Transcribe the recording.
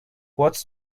what’s